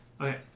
Okay